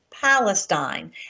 Palestine